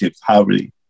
poverty